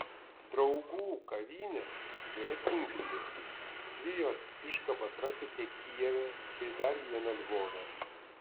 draugų kavinė yra tinklinė dvi jos iškabas rasite kijeve bei dar vieną lvove